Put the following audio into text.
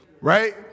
right